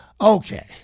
Okay